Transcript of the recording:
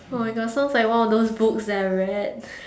oh my gosh sounds like one of those books that I read